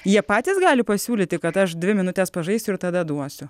jie patys gali pasiūlyti kad aš dvi minutes pažaisiu ir tada duosiu